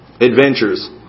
adventures